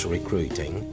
Recruiting